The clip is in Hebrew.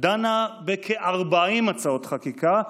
דנה בכ-40 הצעות חקיקה,